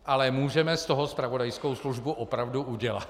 Ale můžeme z toho zpravodajskou službu opravdu udělat.